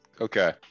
okay